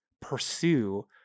pursue